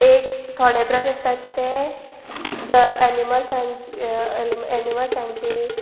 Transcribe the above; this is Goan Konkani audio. एक थोडे ब्रश आसता ते एनिमल्सां एनिमल्सांची